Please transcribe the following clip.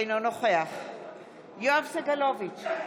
אינו נוכח יואב סגלוביץ'